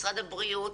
משרד הבריאות,